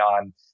on